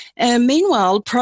Meanwhile